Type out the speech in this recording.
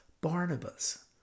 Barnabas